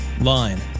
line